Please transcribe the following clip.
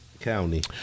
County